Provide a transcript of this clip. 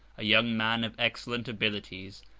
a young man of excellent abilities,